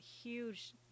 huge